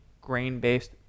grain-based